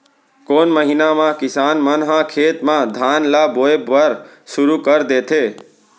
कोन महीना मा किसान मन ह खेत म धान ला बोये बर शुरू कर देथे?